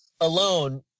alone